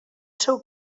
seu